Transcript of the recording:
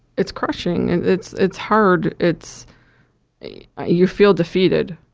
it's crushing. and it's it's hard. it's you feel defeated.